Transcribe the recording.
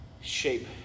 shape